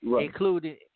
including